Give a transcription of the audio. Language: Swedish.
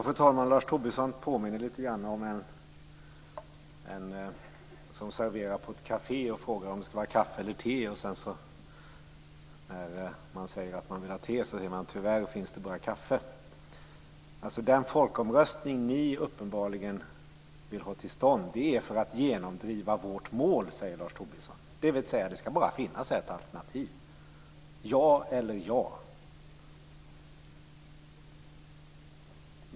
Fru talman! Lars Tobisson påminner litet grand om en servitör på ett kafé som frågar om det önskas kaffe eller te. Och när man säger att man vill beställa te får man svaret att det tyvärr bara finns kaffe. Den folkomröstning som ni uppenbarligen vill ha till stånd skall hållas för att ni vill genomdriva ert mål, enligt Tobisson, dvs. det skall bara finnas ett alternativ: ja eller ja.